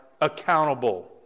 accountable